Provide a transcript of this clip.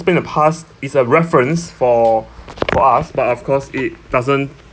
happened in the past is a reference for for us but of course it doesn't